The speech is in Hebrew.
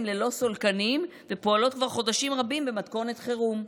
ללא סולקנים ופועלות כבר חודשים רבים במתכונת חירום?